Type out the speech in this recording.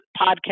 podcast